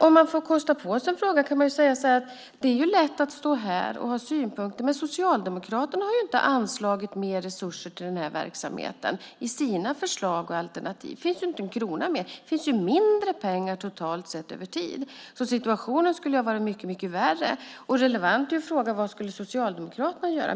Om jag får kosta på mig en fråga kan jag säga så här: Det är lätt att stå här och ha synpunkter, men Socialdemokraterna har ju inte anslagit mer resurser till den här verksamheten i sina förslag och alternativ. Det finns inte en krona mer. Det finns mindre pengar totalt sett över tid. Situationen kunde alltså ha varit mycket värre. Det är relevant att fråga: Vad skulle Socialdemokraterna göra?